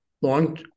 long